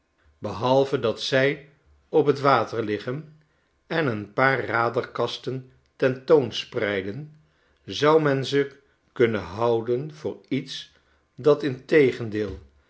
behalve dat zij op t water liggen en een paar raderkasten ten toon spreiden zou men ze kunnen houden voor iets datintegendeelbestemd